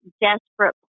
desperate